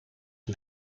een